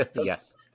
yes